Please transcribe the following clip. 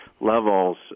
levels